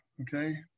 okay